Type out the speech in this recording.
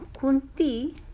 Kunti